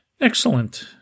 Excellent